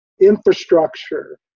infrastructure